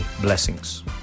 Blessings